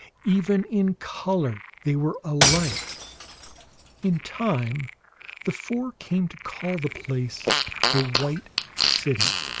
even in color they were alike in time the four came to call the place the white city.